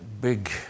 big